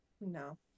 No